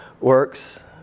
works